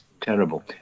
terrible